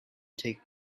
take